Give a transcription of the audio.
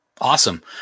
Awesome